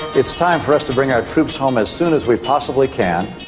it's time for us to bring our troops home as soon as we possibly can.